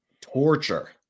torture